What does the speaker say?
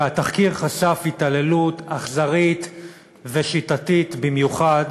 התחקיר חשף התעללות אכזרית ושיטתית במיוחד